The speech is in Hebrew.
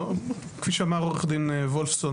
כפי שאמר עורך דין וולפסון,